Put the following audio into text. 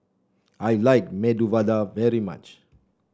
I like Medu Vada very much